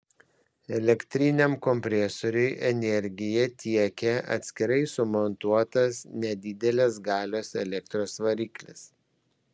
elektriniam kompresoriui energiją tiekia atskirai sumontuotas nedidelės galios elektros variklis